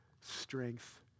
strength